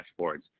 dashboards